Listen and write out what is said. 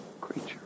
creature